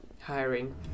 Hiring